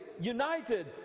united